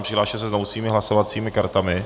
Přihlaste se znovu svými hlasovacími kartami.